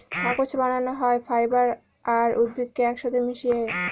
কাগজ বানানো হয় ফাইবার আর উদ্ভিদকে এক সাথে মিশিয়ে